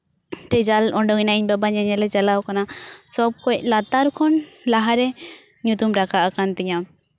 result ᱩᱰᱩᱠ ᱮᱱᱟ ᱤᱧᱵᱟ ᱧᱮᱧᱮᱞᱮ ᱪᱟᱞᱟᱣ ᱠᱟᱱᱟ ᱥᱚᱵᱽ ᱠᱷᱚᱱ ᱞᱟᱛᱟᱨ ᱠᱷᱚᱱ ᱞᱟᱦᱟᱨᱮ ᱧᱩᱛᱩᱢ ᱨᱟᱠᱟᱵ ᱟᱠᱟᱱ ᱛᱤᱧᱟᱹ